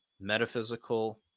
metaphysical